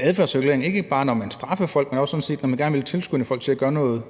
adfærdsregulering, ikke bare når man straffer folk, men sådan set også, når man gerne vil tilskynde folk til at gøre noget